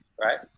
Right